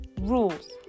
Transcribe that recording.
rules